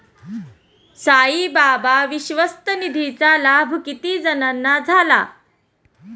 साईबाबा विश्वस्त निधीचा लाभ किती जणांना झाला?